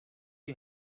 you